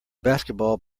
basketball